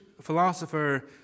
philosopher